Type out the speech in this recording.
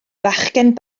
fachgen